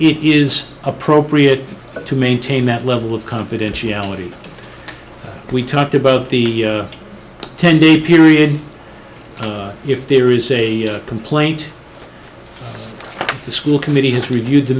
it is appropriate to maintain that level of confidentiality we talked about the ten day period if there is a complaint the school committee has reviewed the